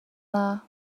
dda